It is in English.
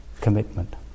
commitment